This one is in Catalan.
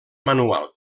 manual